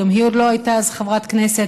שגם היא עוד לא הייתה אז חברת כנסת.